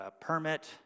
permit